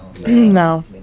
No